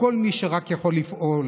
לכל מי שרק יכול לפעול,